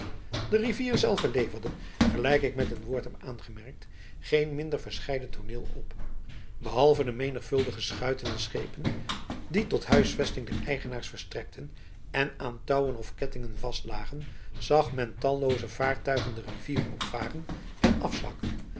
de rivier zelve leverde gelijk ik met een woord heb aangemerkt geen minder verscheiden tooneel op behalve de menigvuldige schuiten en schepen die tot huisvesting der eigenaars verstrekten en aan touwen of kettingen vastlagen zag men tallooze vaartuigen de rivier opvaren en afzakken